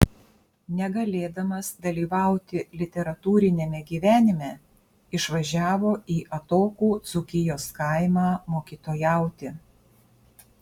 negalėdamas dalyvauti literatūriniame gyvenime išvažiavo į atokų dzūkijos kaimą mokytojauti